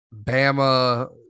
Bama